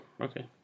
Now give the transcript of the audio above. okay